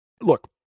look